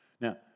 Now